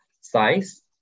size